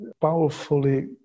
powerfully